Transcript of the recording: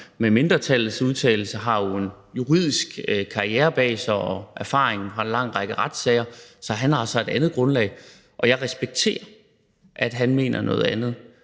med mindretallets udtalelse – har jo en juridisk karriere bag sig og erfaring fra en lang række retssager, så han har altså et andet grundlag, og jeg respekterer, at han mener noget andet.